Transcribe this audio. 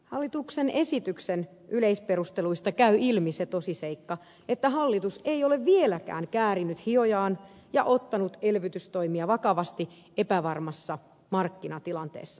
hallituksen esityksen yleisperusteluista käy ilmi se tosiseikka että hallitus ei ole vieläkään käärinyt hihojaan ja ottanut elvytystoimia vakavasti epävarmassa markkinatilanteessa